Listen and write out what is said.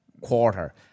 quarter